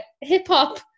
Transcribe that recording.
hip-hop